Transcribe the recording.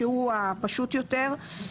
שהוא הפשוט יותר,